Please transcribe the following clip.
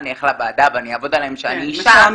אולי אני אלך לוועדה ואני אעבוד עליהם שאני אישה,